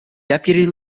deputy